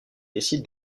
décide